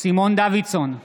סימון דוידסון,